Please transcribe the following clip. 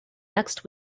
next